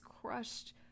crushed